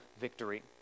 victory